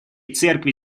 церкви